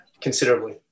considerably